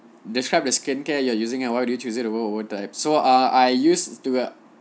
describe the skincare you're using and why do you choose it over over type so ah I used to a